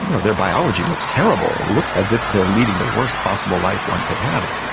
you know their biology looks terrible, it looks as if they are leading the worst possible life one could have,